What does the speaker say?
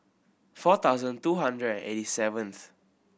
four thousand two hundred and eighty seventh